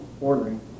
ordering